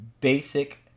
basic